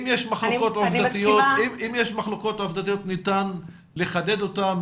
אם יש מחלוקות עובדתיות ניתן לחדד אותן,